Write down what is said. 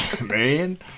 Man